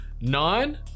Nine